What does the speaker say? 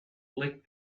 lick